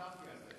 חתמתי על זה.